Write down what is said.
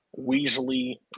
Weasley